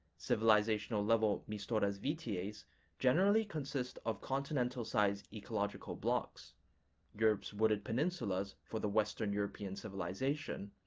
civilizational-level mestorazvities generally consist of continental-sized ecological blocs europe's wooded peninsulas for the western european civilization,